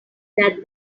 that